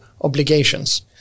obligations